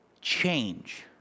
change